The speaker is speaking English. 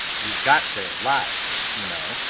you've got their lives, you know,